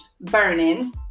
burning